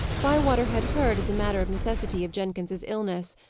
bywater had heard, as a matter of necessity, of jenkins's illness,